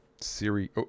Siri